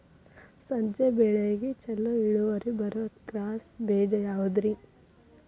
ಸಜ್ಜೆ ಬೆಳೆಗೆ ಛಲೋ ಇಳುವರಿ ಬರುವ ಕ್ರಾಸ್ ಬೇಜ ಯಾವುದ್ರಿ?